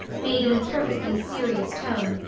made in a perfectly serious tone,